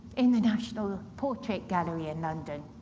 in the national portrait gallery in london,